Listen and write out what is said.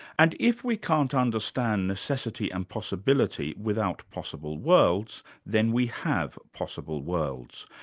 and if we can't understand necessity and possibility without possible worlds, then we have possible worlds.